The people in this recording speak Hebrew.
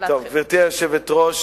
גברתי היושבת-ראש,